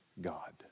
God